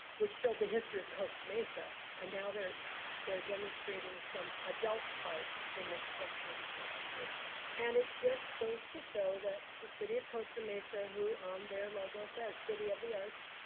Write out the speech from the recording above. which showed the history of costa mesa and now they're they're demonstrating some adult art in the costa mesa conference room and it just goes to show that the city of costa mesa who, on their logo says, city of the arts,